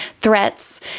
threats